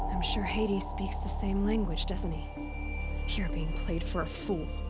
i'm sure hades speaks the same language, doesn't um he? you're being played for a fool!